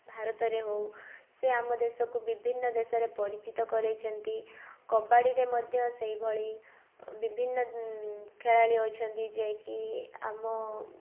ଭାରତରେ ହଉ ସେ ଆମ ଦେଶ କୁ ବିଭିନ୍ନ ଦେଶରେ ପରିଚିତ କରାଇଛନ୍ତି କବାଡ଼ିରେ ମଧ୍ୟ ସେଇଭଳି ବିଭିନ୍ନ ଖେଳାଳି ଅଛନ୍ତି ଯେକି ଆମ